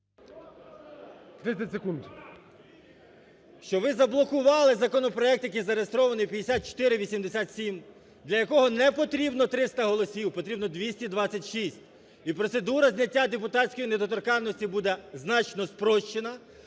А.В. … що ви заблокували законопроект, який зареєстрований 5487, для якого не потрібно 300 голосів, потрібно 226. І процедура зняття депутатської недоторканності буде значно спрощена.